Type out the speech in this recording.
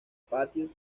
patios